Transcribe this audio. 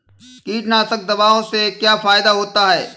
कीटनाशक दवाओं से क्या फायदा होता है?